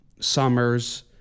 summers